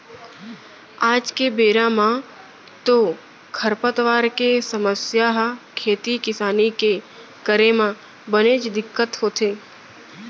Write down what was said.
आज के बेरा म तो खरपतवार के समस्या ह खेती किसानी के करे म बनेच दिक्कत होथे